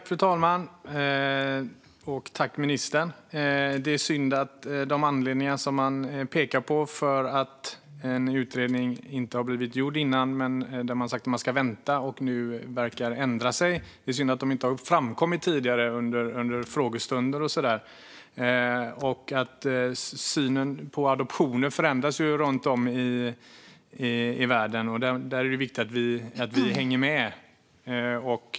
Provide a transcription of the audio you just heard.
Fru talman! Nu verkar man ju ha ändrat sig, men det är synd att de anledningar man har pekat på för att inte göra en utredning inte har framkommit tidigare under frågestunder och så. Synen på adoptioner förändras ju runt om i världen, och då är det viktigt att vi hänger med.